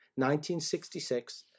1966